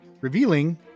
revealing